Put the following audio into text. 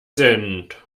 sind